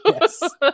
yes